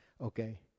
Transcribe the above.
Okay